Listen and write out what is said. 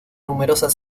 numerosas